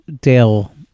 Dale